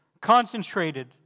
concentrated